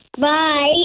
Bye